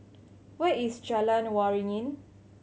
where is Jalan Waringin